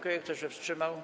Kto się wstrzymał?